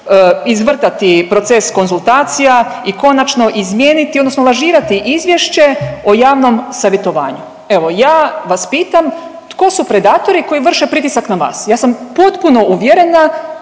izvrtati proces konzultacija i konačno, izmijeniti odnosno lažirati izvješće o javnom savjetovanju. Evo ja vas pitam, tko su predatori koji vrše pritisak na vas? Ja sam potpuno uvjerena